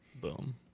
Boom